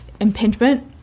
impingement